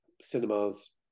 cinemas